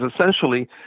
essentially